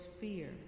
fear